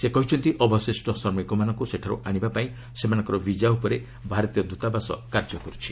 ସେ କହିଛନ୍ତି ଅବଶିଷ୍ଟ ଶ୍ରମିକମାନଙ୍କୁ ସେଠାରୁ ଆଣିବାପାଇଁ ସେମାନଙ୍କର ବିଜା ଉପରେ ଭାରତୀୟ ଦ୍ୱତାବାସ କାର୍ଯ୍ୟ କର୍ଥଛି